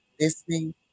listening